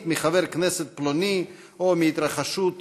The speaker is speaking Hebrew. מחבר כנסת פלוני או מהתרחשות אלמונית,